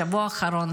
בשבוע האחרון,